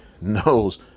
knows